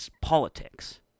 politics